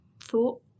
thought